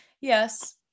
yes